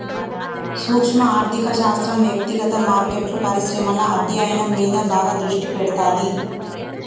సూక్శ్మ ఆర్థిక శాస్త్రం వ్యక్తిగత మార్కెట్లు, పరిశ్రమల అధ్యయనం మీద బాగా దృష్టి పెడతాది